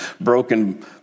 broken